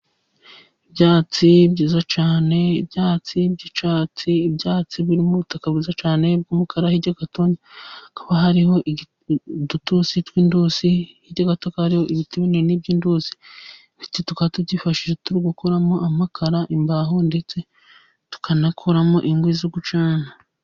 Ibyatsi byiza cyane ibyatsi by'icyatsi. Ibyatsi birimo ubutaka bwiza cyane w'umukara, hirya gato hakaba hariho udutusi tw'indusi. Hirya gato hari ibiti binini by'indusi ibiti tukaba tubyifashisha turi gukuramo amakara, imbaho ndetse tukanakoramo inkwi zo gucyana.